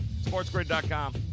SportsGrid.com